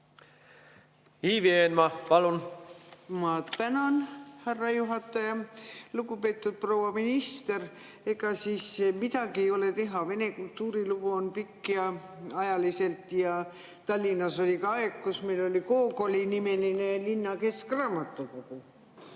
Ivi Eenmaa, palun! Ma tänan, härra juhataja! Lugupeetud proua minister! Ega siis midagi ei ole teha, Vene kultuurilugu on pikk. Tallinnas oli ka aeg, kus meil oli Gogoli-nimeline linna keskraamatukogu.